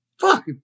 Fuck